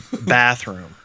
bathroom